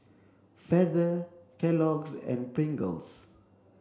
Feather Kellogg's and Pringles